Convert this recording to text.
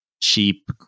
cheap